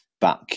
back